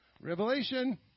Revelation